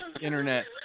internet